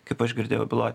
kaip aš girdėjau byloj